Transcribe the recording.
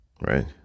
right